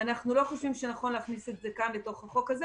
אנחנו לא חושבים שזה נכון להכניס את זה לחוק הזה,